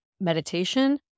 meditation